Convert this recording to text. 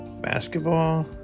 Basketball